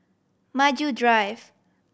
Maju Drive